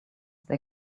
they